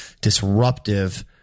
disruptive